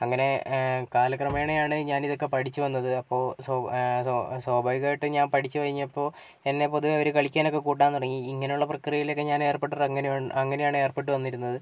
അങ്ങനെ കാലക്രമേണയാണ് ഞാനിതൊക്കെ പഠിച്ചുവന്നത് അപ്പോൾ സൊ സോ സ്വഭാവികമായിട്ട് ഞാൻ പഠിച്ചു കഴിഞ്ഞപ്പോൾ എന്നെ പൊതുവേ അവർ കളിക്കാനൊക്കെ കൂട്ടാൻ തുടങ്ങി ഇങ്ങനെയുള്ള പ്രക്രിയയിലൊക്കെ ഞാൻ ഏർപ്പെട്ടിട്ട് അങ്ങനെ അങ്ങനെയാണ് ഏർപ്പെട്ട് വന്നിരുന്നത്